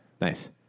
nice